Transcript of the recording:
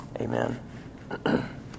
Amen